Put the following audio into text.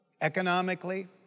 economically